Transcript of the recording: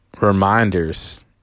reminders